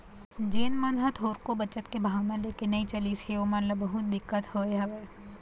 जेन मन ह थोरको बचत के भावना लेके नइ चलिस हे ओमन ल बहुत दिक्कत होय हवय